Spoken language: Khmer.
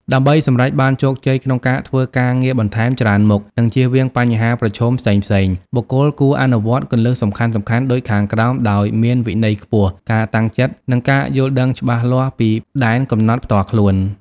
ដើម្បីសម្រេចបានជោគជ័យក្នុងការធ្វើការងារបន្ថែមច្រើនមុខ និងជៀសវាងបញ្ហាប្រឈមផ្សេងៗ បុគ្គលគួរអនុវត្តគន្លឹះសំខាន់ៗដូចខាងក្រោមដោយមានវិន័យខ្ពស់ ការតាំងចិត្ត និងការយល់ដឹងច្បាស់លាស់ពីដែនកំណត់ផ្ទាល់ខ្លួន។